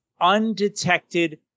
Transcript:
undetected